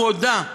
הוא הודה,